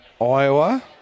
Iowa